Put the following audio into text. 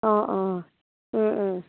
অঁ অঁ